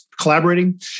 collaborating